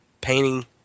painting